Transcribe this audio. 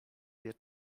wie